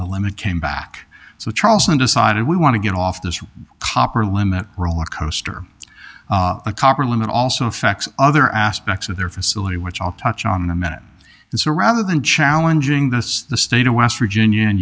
the limit came back so charleston decided we want to get off the copper limit roller coaster a copper limit also affects other aspects of their facility which i'll touch on in a minute it's a rather than challenging this the state of west virginia and